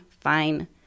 fine